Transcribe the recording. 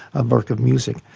a work of music.